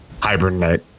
hibernate